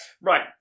Right